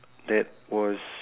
that was